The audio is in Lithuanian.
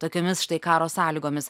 tokiomis štai karo sąlygomis